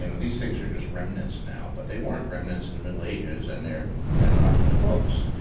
you know these things are just remnants now, but they weren't remnants in the middle ages and they're they're not in the books.